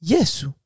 Yesu